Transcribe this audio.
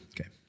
Okay